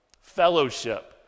fellowship